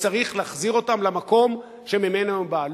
וצריך להחזיר אותו למקום שממנו הוא בא.